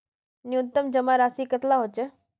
न्यूनतम जमा राशि कतेला होचे?